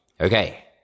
Okay